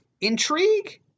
intrigue